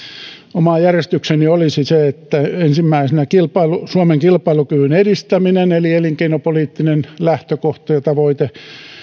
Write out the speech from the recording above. oma järjestykseni olisi se että ensimmäisenä suomen kilpailukyvyn edistäminen eli elinkeinopoliittinen lähtökohta ja tavoite